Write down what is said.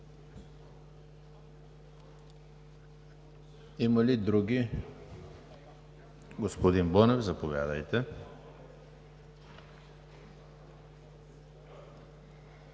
Има ли други? Господин Бонев, заповядайте.